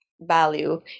value